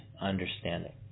understanding